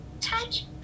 touch